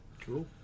Cool